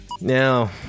Now